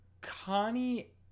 connie